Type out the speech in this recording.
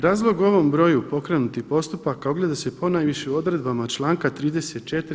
Razlog ovom broju pokrenutih postupaka ogleda se ponajviše u odredbama članka 34.